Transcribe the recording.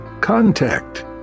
contact